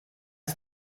ist